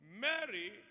Mary